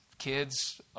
kids